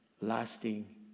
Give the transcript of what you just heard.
lasting